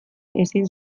ezin